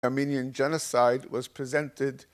אמניאן ג'נסייד הופך ל...